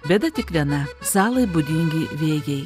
bėda tik viena salai būdingi bėgiai